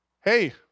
Hey